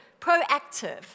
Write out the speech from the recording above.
proactive